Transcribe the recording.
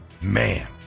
man